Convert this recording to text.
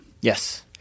Yes